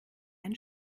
ein